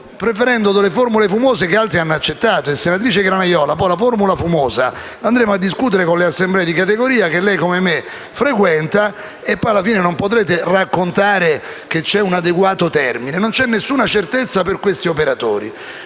preferendo formule fumose che altri hanno accettato. Senatrice Granaiola, quella formula fumosa la discuteremo con le assemblee di categoria, che lei come me frequenta, e alla fine non potrete raccontare che c'è un adeguato termine. Non c'è alcuna certezza per questi operatori.